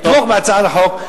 אני מבקש לתמוך בהצעת החוק,